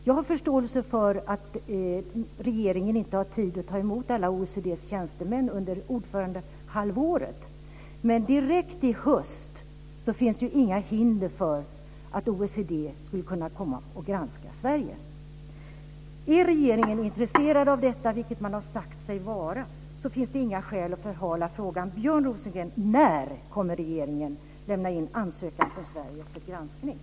Jag har förståelse för att regeringen inte har tid att ta emot alla OECD:s tjänstemän under ordförandehalvåret, men det finns inga hinder för att OECD direkt i höst kommer och granskar Sverige. Är regeringen intresserad av detta, vilket man har sagt sig vara, finns det inga skäl att förhala frågan. När kommer regeringen att lämna in ansökan om granskning från Sverige?